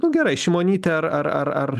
nu gerai šimonytė ar ar ar ar